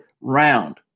round